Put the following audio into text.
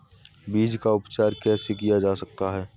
बीज का उपचार कैसे किया जा सकता है?